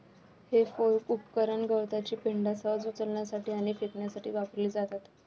हे फोर्क उपकरण गवताची पेंढा सहज उचलण्यासाठी आणि फेकण्यासाठी वापरली जातात